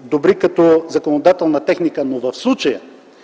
добри като законодателна техника. Но в случая